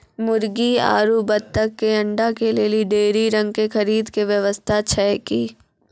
मुर्गी आरु बत्तक के अंडा के लेली डेयरी रंग के खरीद के व्यवस्था छै कि?